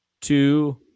two